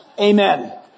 Amen